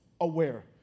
aware